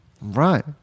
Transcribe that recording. Right